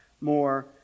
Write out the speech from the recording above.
more